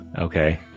Okay